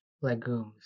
Legumes